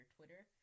Twitter